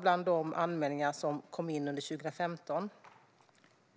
Bland de anmälningar som kom in under 2015 finns två fall som jag vill uppmärksamma.